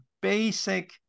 basic